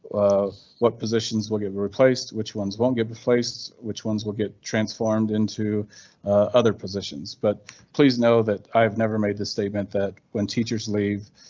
um what positions will get replaced? which ones won't get replaced? which ones will get transformed into other positions? but please know that i've never made this statement that. when teachers leave,